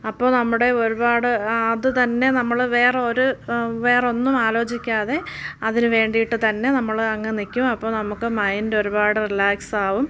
അപ്പോൾ നമ്മുടെ ഒരുപാട് അത് തന്നെ നമ്മൾ വേറെ ഒരു വേറെ ഒന്നും ആലോചിക്കാതെ അതിന് വേണ്ടിയിട്ട് തന്നെ നമ്മൾ അങ്ങ് നിൽക്കും അപ്പോൾ നമുക്ക് മൈൻഡ് ഒരുപാട് റിലാക്സ് ആകും